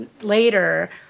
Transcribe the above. later